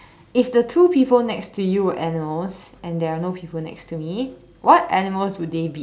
if the two people next to you were animals and there are no people next to me what animals would they be